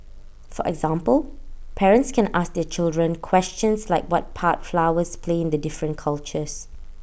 for example parents can ask their children questions like what part flowers play in the different cultures